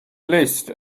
list